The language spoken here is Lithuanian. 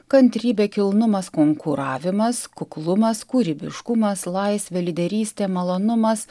kantrybė kilnumas konkuravimas kuklumas kūrybiškumas laisvė lyderystė malonumas